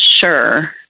sure